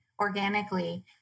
organically